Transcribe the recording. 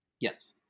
Yes